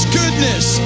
goodness